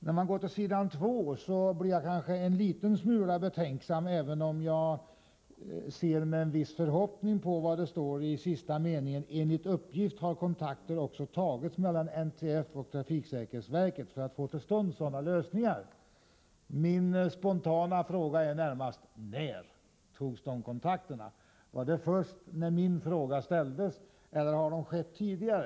När jag går till s. 2 blir jag en smula betänksam, även om jag ser med viss förhoppning på vad som står i sista meningen i första stycket: ”Enligt uppgift har kontakter också tagits mellan NTF och trafiksäkerhetsverket för att få till stånd sådana lösningar.” Min spontana fråga är närmast: När togs dessa kontakter? Var det först när min fråga ställdes, eller togs de tidigare?